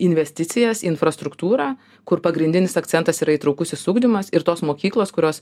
investicijas infrastruktūrą kur pagrindinis akcentas yra įtraukusis ugdymas ir tos mokyklos kurios